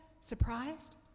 surprised